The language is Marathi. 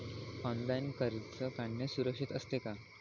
ऑनलाइन कर्ज काढणे सुरक्षित असते का?